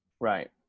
Right